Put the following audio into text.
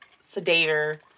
sedator